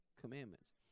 commandments